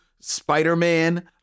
Spider-Man